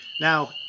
Now